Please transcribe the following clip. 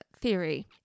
theory